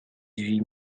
huit